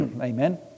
Amen